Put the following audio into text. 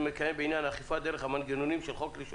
בעניין האכיפה דרך המנגנונים של חוק רישוי